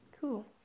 Cool